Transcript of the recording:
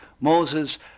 Moses